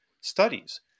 studies